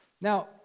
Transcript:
Now